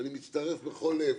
ואני מצטרף בכל לב